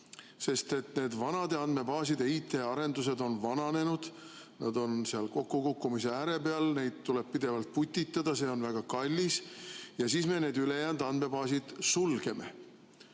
sest need vanade andmebaaside IT-arendused on vananenud, need on kokkukukkumise ääre peal, neid tuleb pidevalt putitada ja see on väga kallis. Ja siis me need ülejäänud andmebaasid sulgeme.